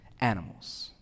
animals